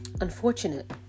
unfortunate